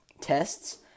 tests